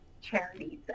charities